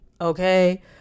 Okay